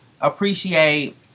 appreciate